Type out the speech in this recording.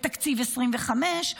בתקציב 25',